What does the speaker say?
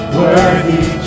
worthy